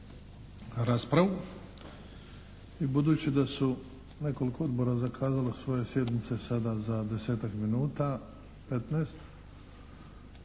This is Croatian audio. Raspravu